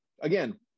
again